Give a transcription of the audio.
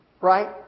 right